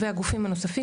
והגופים נוספים,